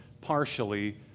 partially